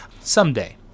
someday